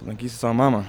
aplankysiu savo mamą